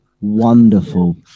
Wonderful